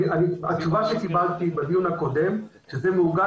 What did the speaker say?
התשובה שקיבלתי בדיון הקודם שזה מעוגן